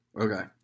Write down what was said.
Okay